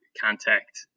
contact